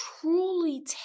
truly